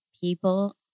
people